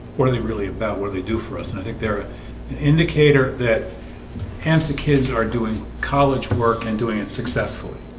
what are they really about what they do for us? and i think they're an indicator that amsa kids are doing college work and doing it successfully